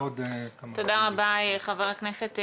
תודה רבה, חבר הכנסת רזבוזוב.